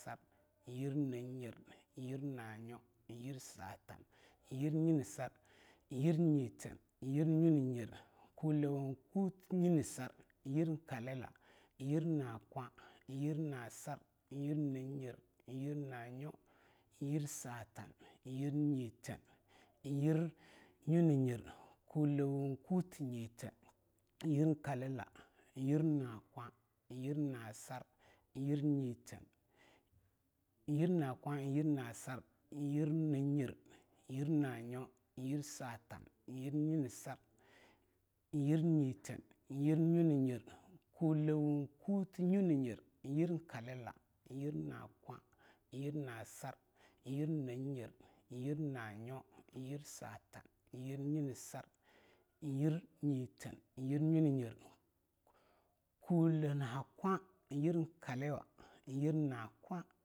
Yir na nyer yir na nyo yir satan yir nyinesar yir yiteen yir na nyo na nyer kulewo kuti nyine sar yir Kalila yir na kwa yir na sar yir na nyer yir na nyo yir satan yir nyinesar yir nyiten yir na nyo na nyer kulewo kuti nyiteen yir kaliwa yir na kwa nyiteen yir na kwa yir na sar yir na nyer yir nanyo yir satan yir nyinesar yir nyiteen yir na nyo na nyer kulewo kuti na nyo na nyer yir kaliwa yir na kwa yir na sar yir na nyer yir na nyo yir satan yir nyinesar nyir nyiteen yir anyo na nyer kule na haa kwa yir kaliwa yir na kwa.